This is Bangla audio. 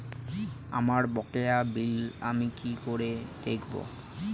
আমার বকেয়া বিল আমি কি করে দেখব?